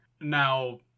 now